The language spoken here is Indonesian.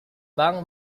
bank